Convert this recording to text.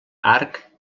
arc